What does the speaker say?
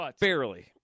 Barely